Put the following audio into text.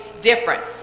different